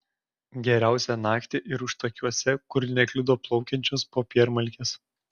geriausia naktį ir užtakiuose kur nekliudo plaukiančios popiermalkės